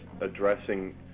addressing